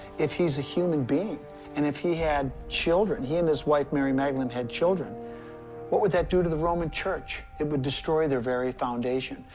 if he's a human being and if he had children he and his wife, mary magdalene, had children what would that do to the roman church? it would destroy their very foundation,